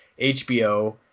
HBO